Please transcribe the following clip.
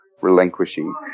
relinquishing